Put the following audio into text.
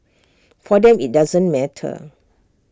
for them IT doesn't matter